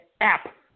app